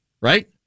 Right